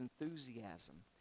enthusiasm